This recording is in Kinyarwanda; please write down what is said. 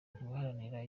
guharanira